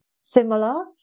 similar